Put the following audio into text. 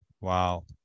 Wow